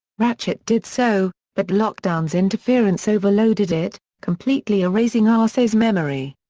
ratchet did so, but lockdown's interference overloaded it, completely erasing arcee's memory.